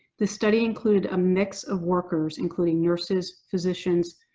this study included a mix of workers, including nurses, physicians,